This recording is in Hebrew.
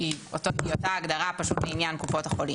היא אותה הגדרה, פשוט לעניין קופות החולים.